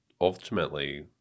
Ultimately